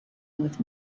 with